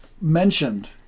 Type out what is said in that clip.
mentioned